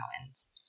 Mountains